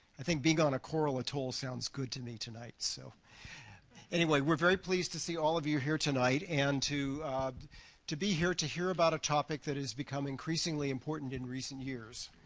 i think being on a coral atoll sounds good to me tonight. so anyway, we're very pleased to see all of you here tonight and to to be here to hear about a topic that has become increasingly important in recent years.